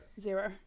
Zero